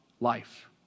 life